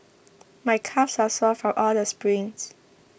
my calves are sore from all the sprints